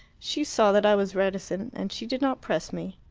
she saw that i was reticent, and she did not press me.